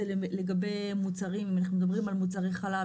לגבי מוצרים אנחנו מדברים מוצרי חלב,